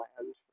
land